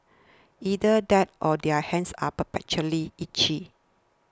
either that or their hands are perpetually itchy